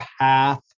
path